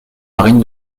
marine